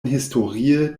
historie